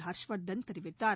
ஹர்ஷ்வர்தன் தெரிவித்தார்